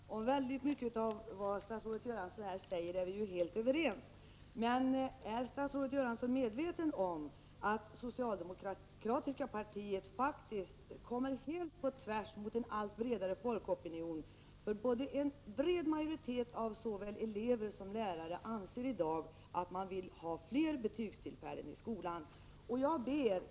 Herr talman! Om väldigt mycket av vad statsrådet Göransson säger är vi helt överens. Men är statsrådet Göransson medveten om att socialdemokratiska partiet faktiskt kommer helt i motsatsställning till en allt bredare folkopinion? En bred majoritet av såväl elever som lärare anser i dag att det bör finnas fler betygstillfällen i skolan.